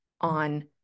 on